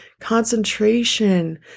concentration